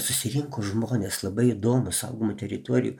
susirinko žmonės labai įdomu saugomų teritorijų